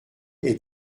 est